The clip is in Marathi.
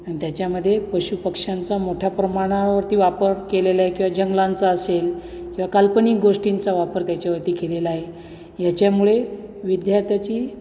आणि त्याच्यामध्ये पशुपक्ष्यांचा मोठ्या प्रमाणावरती वापर केलेला आहे किंवा जंगलांचा असेल किंवा काल्पनिक गोष्टींचा वापर त्याच्यावरती केलेला आहे याच्यामुळे विद्यार्थ्याची